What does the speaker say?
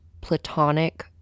platonic